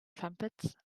trumpets